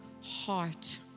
heart